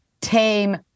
tame